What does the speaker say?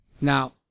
Now